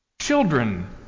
Children